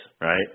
right